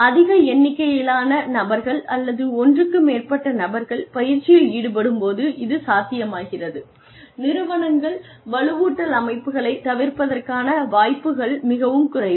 அதிக எண்ணிக்கையிலான நபர்கள் அல்லது ஒன்றுக்கு மேற்பட்ட நபர்கள் பயிற்சியில் ஈடுபடும்போது இது சாத்தியமாகிறது நிறுவனங்கள் வலுவூட்டல் அமைப்புகளைத் தவிர்ப்பதற்கான வாய்ப்புகள் மிகவும் குறைவு